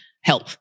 help